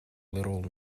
little